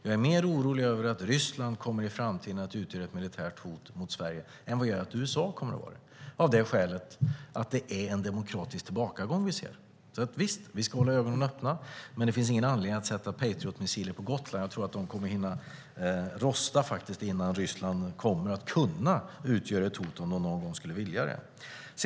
Jag är mer orolig över att Ryssland i framtiden kommer att utgöra ett militärt hot mot Sverige än jag är att USA kommer att vara det. Det är jag av det skälet att vi ser en demokratisk tillbakagång. Visst ska vi hålla ögonen öppna. Men det finns ingen anledning att sätta patriotmissiler på Gotland. Jag tror att de kommer att hinna rosta innan Ryssland kommer att kunna utgöra ett hot om det någon gång skulle vilja det.